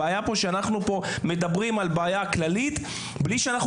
הבעיה כאן היא שאנחנו מדברים על בעיה כללית בלי שאנחנו